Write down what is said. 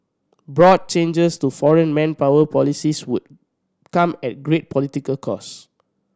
broad changes to foreign manpower policies would come at great political cost